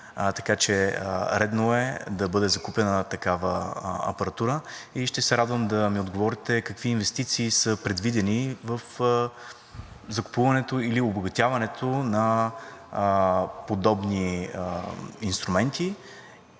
така че редно е да бъде закупена такава апаратура и ще се радвам да ми отговорите какви инвестиции са предвидени в закупуването или обогатяването на подобни инструменти?